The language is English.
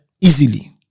Easily